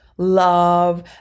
love